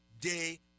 day